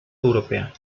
europea